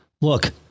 Look